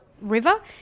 river